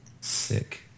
Sick